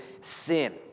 sin